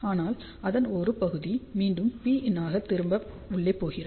ஆனால் அதன் ஒரு பகுதி மீண்டும் Pin ஆக திரும்ப உள்ளே போகிறது